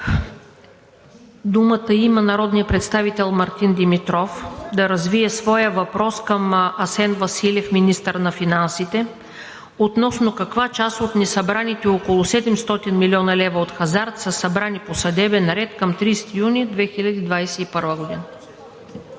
Думата има народният представител Мартин Димитров да развие своя въпрос към Асен Василев – министър на финансите относно каква част от несъбраните около 700 млн. лв. от хазарт са събрани по съдебен ред към 30 юни 2021 г.